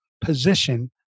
position